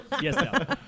Yes